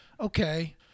Okay